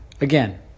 again